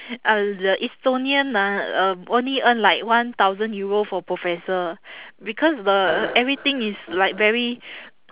ah the estonian ah um only earn like one thousand euro for professor because the everything is like very